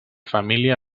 família